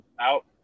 out